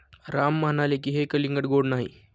राम म्हणाले की, हे कलिंगड गोड नाही